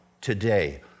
today